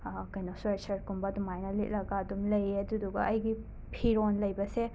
ꯀꯩꯅꯣ ꯁ꯭ꯋꯦꯠ ꯁꯔꯠꯀꯨꯝꯕ ꯑꯗꯨꯃꯥꯏꯅ ꯂꯤꯠꯂꯒ ꯑꯗꯨꯝ ꯂꯩꯌꯦ ꯑꯗꯨꯗꯨꯒ ꯑꯩꯒꯤ ꯐꯤꯔꯣꯟ ꯂꯩꯕꯁꯦ